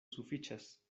sufiĉas